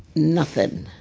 nothing